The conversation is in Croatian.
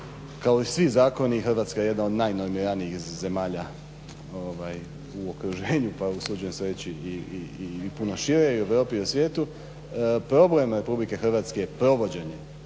kao i svi zakoni Hrvatska je jedna od najnormiranijih zemalja u okruženju pa usuđujem se reći i puno šire i u Europi i svijetu, problem RH je provođenje